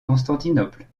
constantinople